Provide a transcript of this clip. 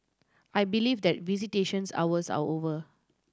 I believe that visitation hours are over